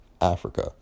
Africa